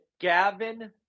Gavin